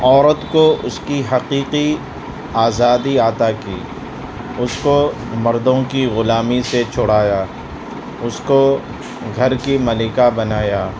عورت کو اس کی حقیقی آزادی عطا کی اس کو مردوں کی غلامی سے چھڑایا اس کو گھر کی ملکہ بنایا